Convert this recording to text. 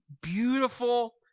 beautiful